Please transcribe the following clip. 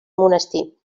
monestir